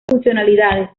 funcionalidades